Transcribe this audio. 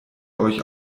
euch